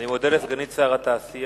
אני מודה לסגנית שר התעשייה,